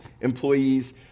employees